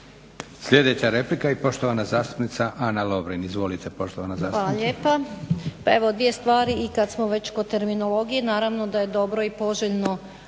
Sljedeća replika i poštovana zastupnica Ana Lovrin. Izvolite poštovana zastupnice. **Lovrin, Ana (HDZ)** Hvala lijepa. Pa evo dvije stvari i kad smo već kod terminologije naravno da je dobro i poželjno